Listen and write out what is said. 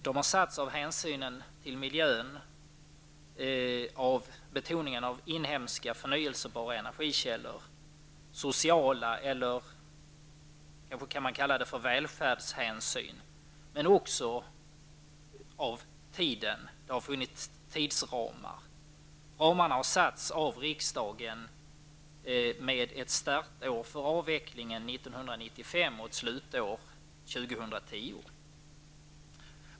De har satts med hänsyn till miljön och med betoning på inhemska förnyelsebara energikällor, av sociala hänsyn eller av välfärdshänsyn, men också av hänsyn till tiden. Tidsramarna har beslutats av riksdagen med startår för avvecklingen 1995 och med slutår 2010.